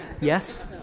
Yes